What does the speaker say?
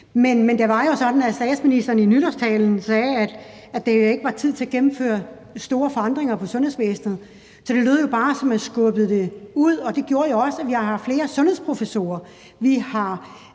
Men det var jo sådan, at statsministeren i nytårstalen sagde, at det ikke var tid til at gennemføre store forandringer i sundhedsvæsenet. Så det lød jo bare, som om man udskød det, og det betød jo også, at flere sundhedsprofessorer,